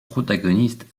protagonistes